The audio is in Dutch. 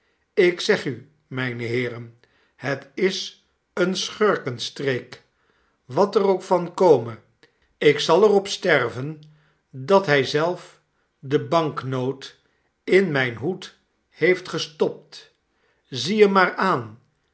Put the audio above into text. ik zeg u mijne heeren het is een schurkenstreek wat er ook van kome ih zal er op sterven dat hij zelf de banknoot in mijn hoed heeft gestopt ziet hem maar aan